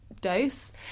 dose